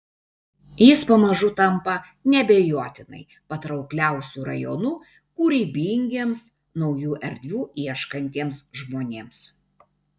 jis pamažu tampa neabejotinai patraukliausiu rajonu kūrybingiems naujų erdvių ieškantiems žmonėms